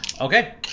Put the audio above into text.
Okay